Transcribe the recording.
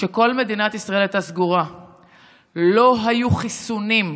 לא היו חיסונים,